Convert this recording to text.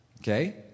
Okay